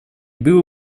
было